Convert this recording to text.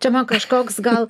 čia man kažkoks gal